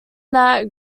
that